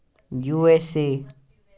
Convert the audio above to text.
USA